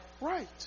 right